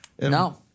No